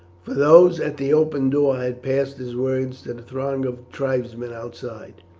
for those at the open door had passed his words to the throng of tribesmen outside.